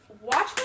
watch